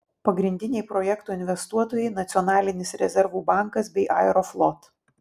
pagrindiniai projekto investuotojai nacionalinis rezervų bankas bei aeroflot